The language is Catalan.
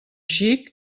xic